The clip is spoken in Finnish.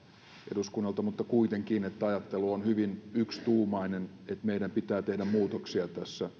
eduskunnalta mutta kuitenkin että ajattelu on hyvin yksituumainen että meidän pitää tehdä muutoksia